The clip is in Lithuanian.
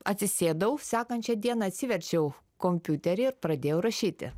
atsisėdau sekančią dieną atsiverčiau kompiuterį ir pradėjau rašyti